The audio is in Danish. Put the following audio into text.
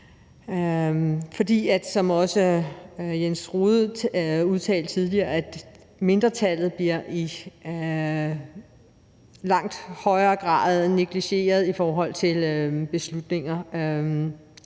For som også Jens Rohde udtalte tidligere, så bliver mindretallet i langt højere grad negligeret i forhold til beslutninger